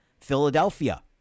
Philadelphia